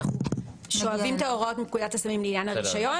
אנחנו שואבים את ההוראות מפקודת הסמים לעניין הרישיון